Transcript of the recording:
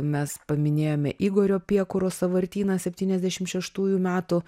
mes paminėjome igorio piekuro sąvartyną septyniasdešimt šeštųjų metų